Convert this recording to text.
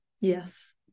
Yes